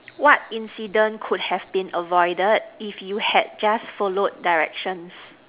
what incident could have been avoided if you had just followed directions